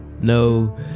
No